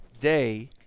day